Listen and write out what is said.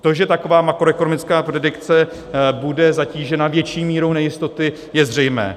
To, že taková makroekonomická predikce bude zatížena větší mírou nejistoty, je zřejmé.